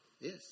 Yes